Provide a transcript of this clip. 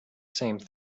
same